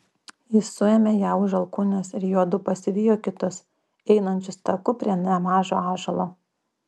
jis suėmė ją už alkūnės ir juodu pasivijo kitus einančius taku prie nemažo ąžuolo